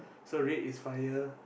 so red is fire